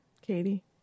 Katie